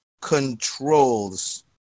controls